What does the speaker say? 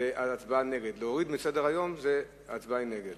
ואז ההצבעה היא נגד.